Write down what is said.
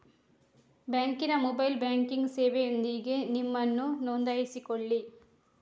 ಬ್ಯಾಂಕಿನ mobile banking ಸೇವೆಯೊಂದಿಗೆ ನಿಮ್ಮನ್ನು ನೋಂದಾಯಿಸಿಕೊಳ್ಳಿ